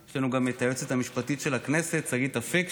יש לנו גם היועצת המשפטית של הכנסת שגית אפיק,